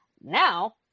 Now